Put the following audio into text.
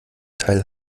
teil